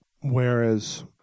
Whereas